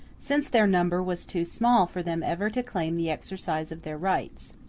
since their number was too small for them ever to claim the exercise of their rights.